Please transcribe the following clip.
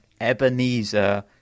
Ebenezer